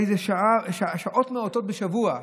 שעות מעטות בשבוע.